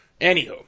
Anywho